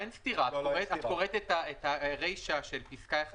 עומד על 38 מעלות צלזיוס ומעלה או שאסורה כניסתו על פי כל דין.